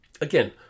Again